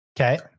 Okay